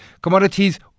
Commodities